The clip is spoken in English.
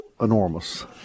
enormous